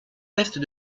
ouest